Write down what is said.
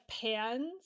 pans